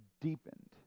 deepened